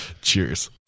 cheers